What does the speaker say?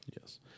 yes